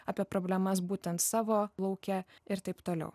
apie problemas būtent savo lauke ir taip toliau